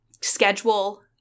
schedule